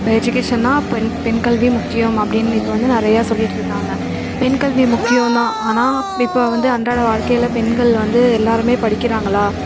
இப்போ எஜிகேஷன்னால் பெண் பெண் கல்வி முக்கியம் அப்படினு இப்போ வந்து நிறைய சொல்லிகிட்டுருக்காங்க பெண் கல்வி முக்கியம் தான் ஆனால் இப்போ வந்து அன்றாட வாழ்க்கையில பெண்கள் வந்து எல்லாருமே படிக்கிறாங்களா